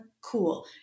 cool